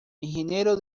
ingeniero